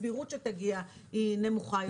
הסבירות שתגיע היא נמוכה יותר.